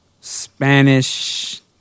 Spanish